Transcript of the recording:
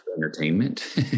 entertainment